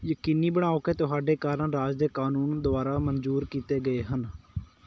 ਯਕੀਨੀ ਬਣਾਓ ਕਿ ਤੁਹਾਡੇ ਕਾਰਨ ਰਾਜ ਦੇ ਕਾਨੂੰਨ ਦੁਆਰਾ ਮਨਜ਼ੂਰ ਕੀਤੇ ਗਏ ਹਨ